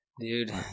Dude